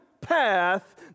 path